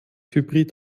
hybrid